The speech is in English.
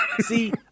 see